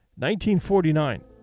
1949